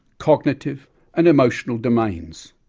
cognitive and emotional domains.